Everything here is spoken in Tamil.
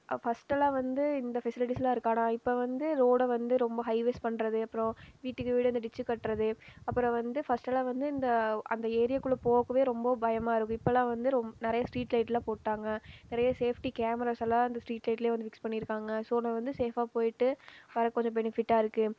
ஃபர்ஸ்ட்யெல்லாம் வந்து இந்த ஃபெசிலிட்டிஸெலாம் இருக்காது ஆனால் இப்போ வந்து ரோடை வந்து ரொம்ப ஹைவேஸ் பண்ணுறது அப்புறம் வீட்டுக்கு வீடு வந்து டிச்சு கட்டுறது அப்புறம் வந்து ஃபர்ஸ்ட்யெல்லாம் வந்து இந்த அந்த ஏரியாக்குள்ளே போகவே ரொம்ப பயமாக இருக்கும் இப்பெல்லாம் வந்து நிறைய ஸ்ட்ரீட் லைட்டெலாம் போட்டாங்க நிறைய சேஃப்ட்டி கேமராஸ்யெல்லாம் அந்த ஸ்ட்ரீட் லைட்லேயே வந்து ஃபிக்ஸ் பண்ணியிருக்காங்க ஸோ நம்ம வந்து சேஃபாக போயிட்டு வர கொஞ்சம் பெனிஃபிட்டாயிருக்கு